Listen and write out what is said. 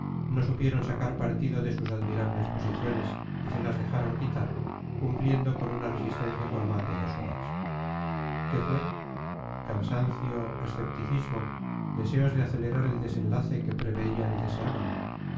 no supieron sacar partido de sus admirables posiciones y se las dejaron quitar cumpliendo con una resistencia formal de dos horas qué fue cansancio escepticismo deseos de acelerar el desenlace que preveían y deseaban